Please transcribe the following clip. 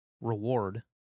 reward